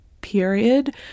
period